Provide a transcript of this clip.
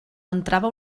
entrava